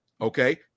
Okay